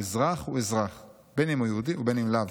הוא אזרח! הוא אזרח! בין אם הוא יהודי ובין אם לאו.